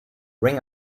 ring